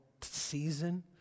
season